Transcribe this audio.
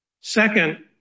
second